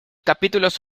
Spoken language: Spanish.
capítulos